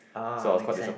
ah makes sense